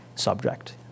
subject